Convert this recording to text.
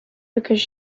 because